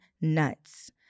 nuts